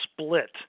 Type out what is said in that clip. split